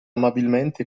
amabilmente